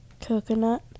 coconut